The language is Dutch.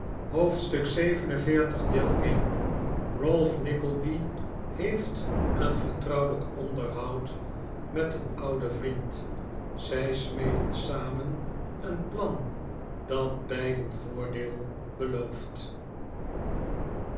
hoofdstuk xl vii ralph nickleby heeft een vertrouwelijk onderhoud met een ouden vriend zij smeden samen een plan dat beiden voordeel belooft